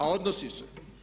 A odnosi se.